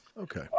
Okay